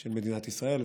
של מדינת ישראל,